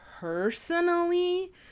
personally